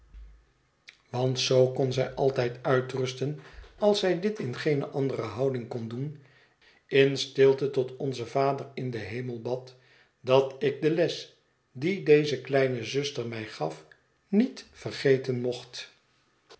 want zoo kon zij altijd uitrusten als zij dit in geene andere houding kon doen in stilte tot onzen vader in den hemel bad dat ik de les die deze kleine zuster mij gaf niet vergeten mocht